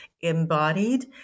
embodied